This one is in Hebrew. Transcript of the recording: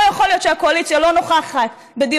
לא יכול להיות שהקואליציה לא נוכחת בדיוני